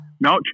no